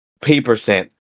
P-percent